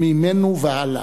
ממנו והלאה.